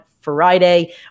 Friday